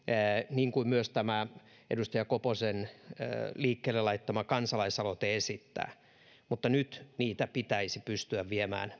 niin kuin myös tämä edustaja koposen liikkeelle laittama kansalaisaloite esittää mutta nyt niitä pitäisi pystyä viemään